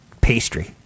pastry